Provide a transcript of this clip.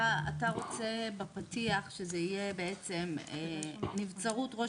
אתה רוצה בפתיח שזה יהיה בעצם נבצרות ראש